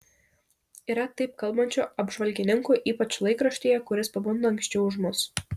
yra taip kalbančių apžvalgininkų ypač laikraštyje kuris pabunda anksčiau už mus